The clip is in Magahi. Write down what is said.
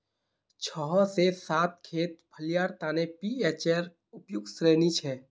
छह से सात खेत फलियार तने पीएचेर उपयुक्त श्रेणी छे